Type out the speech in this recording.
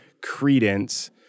credence